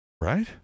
Right